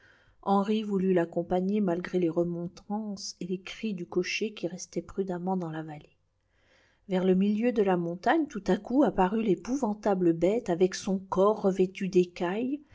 henri voulut l'accompagner malgré les remontrances et les cris du cocher qui restait prudemment dans la vallée vers le milieu de la montagne tout à coup apparut l'épouvantable bête avec son corps revêtu d'écaillés